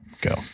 Go